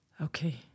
Okay